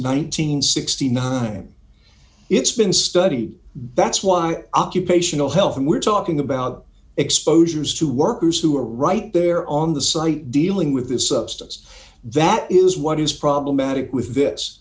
and sixty nine it's been study that's why occupational health and we're talking about exposures to workers who are right there on the site dealing with this substance that is what is problematic with this